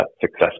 success